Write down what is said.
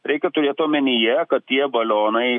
reikia turėt omenyje kad tie balionai